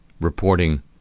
reporting